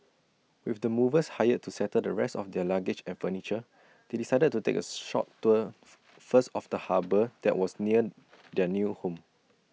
with the movers hired to settle the rest of their luggage and furniture they decided to take A short tour first of the harbour that was near their new home